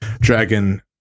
dragon